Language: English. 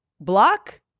block